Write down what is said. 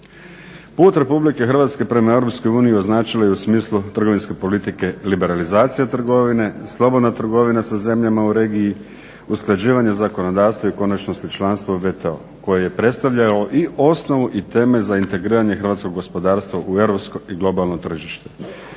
Put RH prema EU označilo je i u smislu trgovinske politike liberalizacije trgovine, slobodna trgovina sa zemljama u regiji , usklađivanje zakonodavstva i u konačnosti članstvo u WTO koji je predstavljalo i osnovu i temelj za integriranje hrvatskog gospodarstva u europsko i globalno tržište.